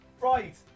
Right